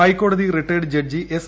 ഹൈക്കോടതി retired judge S